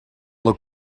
look